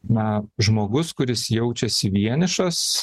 na žmogus kuris jaučiasi vienišas